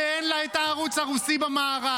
שאין לה את הערוץ הרוסי במערך.